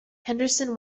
henderson